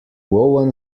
woven